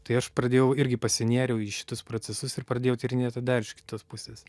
tai aš pradėjau irgi pasinėriau į šitus procesus ir pradėjau tyrinėti dar iš kitos pusės